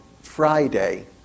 Friday